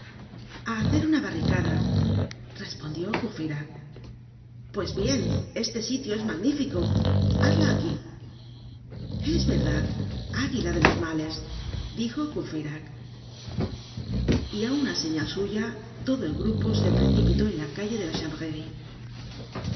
hacer una barricada respondió courfeyrac pues bien este sitio es magnífico hazla aquí es verdad aguila de los males dijo courfeyrac y á una señal suya todo el grupo se precipitó en la calle de la